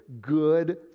good